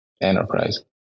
enterprise